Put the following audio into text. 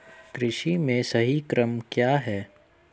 कृषि में सही क्रम क्या है?